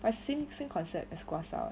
like same same concept as 刮痧